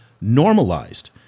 normalized